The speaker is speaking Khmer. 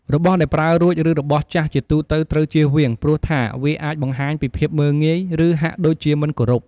របស់ដែលប្រើរួច ឬរបស់ចាស់ ជាទូទៅត្រូវជៀសវាង ព្រោះថាវាអាចបង្ហាញនៃភាពមើលងាយ ឬហាក់ដូចជាមិនគោរព។